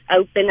open